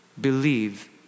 believe